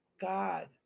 God